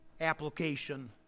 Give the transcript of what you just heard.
application